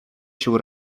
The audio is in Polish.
się